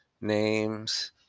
names